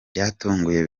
byatunguye